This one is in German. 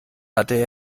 hatte